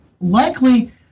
likely